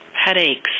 headaches